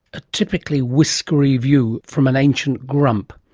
a typically whiskery view from an ancient grump.